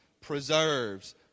preserves